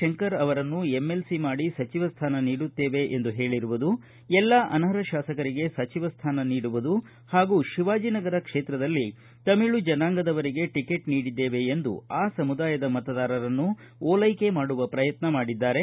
ಶಂಕರ್ ಅವರನ್ನು ಎಂಎಲ್ಸಿ ಮಾಡಿ ಸಚಿವ ಸ್ವಾನ ನೀಡುತ್ತೇವೆ ಎಂದು ಹೇಳಿರುವುದು ಎಲ್ಲಾ ಅನರ್ಹ ಶಾಸಕರಿಗೆ ಸಚಿವ ಸ್ಥಾನ ನೀಡುವುದು ಹಾಗು ಶಿವಾಜಿನಗರ ಕ್ಷೇತ್ರದಲ್ಲಿ ತಮಿಳು ಜನಾಂಗದವರಿಗೆ ಟಿಕೆಟ್ ನೀಡಿದ್ದೇವೆ ಎಂದು ಆ ಸಮುದಾಯದ ಮತದಾರರನ್ನು ಓಲೈಕೆ ಮಾಡುವ ಪ್ರಯತ್ನ ಮಾಡಿದ್ದಾರೆ